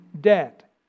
debt